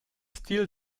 stil